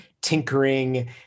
tinkering